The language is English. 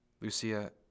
Lucia